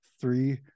three